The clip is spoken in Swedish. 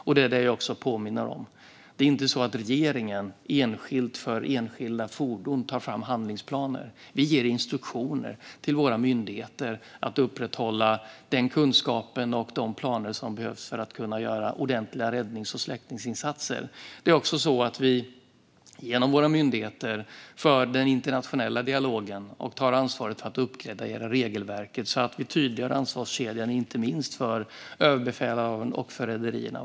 Jag vill också påminna om att det inte är regeringen som tar fram handlingsplaner för enskilda fordon. Vi ger instruktioner till våra myndigheter att upprätthålla den kunskap som behövs och ta fram de planer som behövs för att kunna göra ordentliga räddnings och släckningsinsatser. Vi för också genom våra myndigheter den internationella dialogen och tar ansvar för att regelverket uppgraderas så att ansvarskedjan förtydligas för inte minst befälhavarna och rederierna.